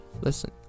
Listen